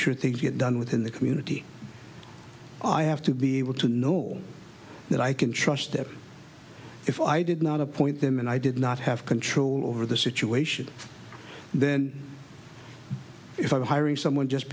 sure things get done within the community i have to be able to know that i can trust that if i did not appoint them and i did not have control over the situation then if i were hiring someone just